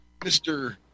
Mr